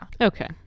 Okay